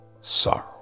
sorrow